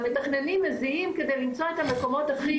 המתכננים מזיעים כדי למצוא את המקומות הכי